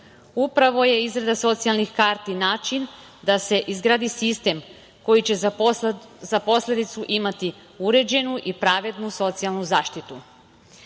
Upravo je izrada socijalnih karti način da se izgradi sistem koji će za posledicu imati uređenu i pravednu socijalnu zaštitu.